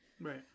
Right